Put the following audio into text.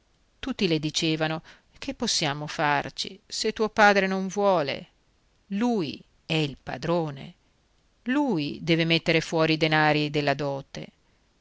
tutti le dicevano che possiamo farci se tuo padre non vuole lui è il padrone lui deve mettere fuori i denari della dote